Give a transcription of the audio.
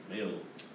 没有